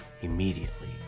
immediately